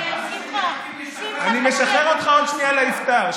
אנשים מחכים להשתחרר אני משחרר אותך עוד שנייה לאיפטאר,